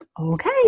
Okay